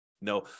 No